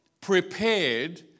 prepared